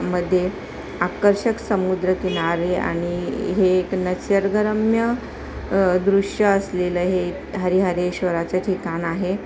मध्ये आकर्षक समुद्रकिनारे आणि हे एक निसर्गरम्य दृश्य असलेलं हे हरिहरेश्वराचं ठिकाण आहे